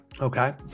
Okay